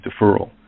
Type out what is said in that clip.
deferral